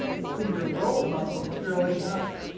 who were your role models growing up?